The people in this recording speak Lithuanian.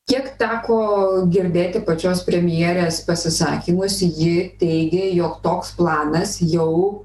kiek teko girdėti pačios premjerės pasisakymus ji teigė jog toks planas jau